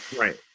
right